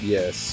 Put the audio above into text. Yes